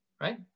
Right